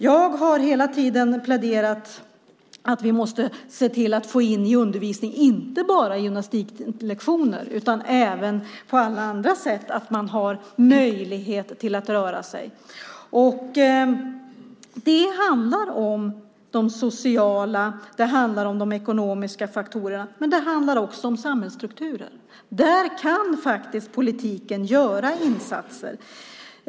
Jag har hela tiden pläderat för att vi måste se till att inte bara få in gymnastiklektioner i undervisningen utan även på andra sätt se till att man har möjlighet att röra sig. Det handlar om de sociala och de ekonomiska faktorerna. Men det handlar också om samhällsstrukturen. Där kan politiken göra insatser.